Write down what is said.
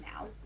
now